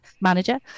manager